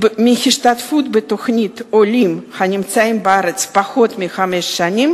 מהשתתפות בתוכנית עולים הנמצאים בארץ פחות מחמש שנים